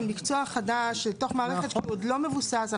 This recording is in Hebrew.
מקצוע חדש אל תוך מערכת כשהוא עוד לא מבוסס.